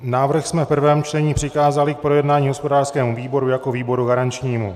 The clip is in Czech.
Návrh jsme v prvém čtení přikázali k projednání hospodářskému výboru jako výboru garančnímu.